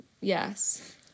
Yes